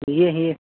ये ये